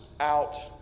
out